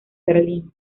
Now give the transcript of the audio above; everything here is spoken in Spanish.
berlín